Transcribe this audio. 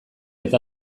eta